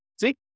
See